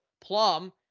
Plum